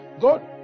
God